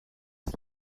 des